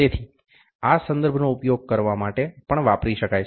તેથી આ સંદર્ભનો ઉપયોગ કરવા માટે પણ વાપરી શકાય છે